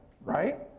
right